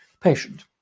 patient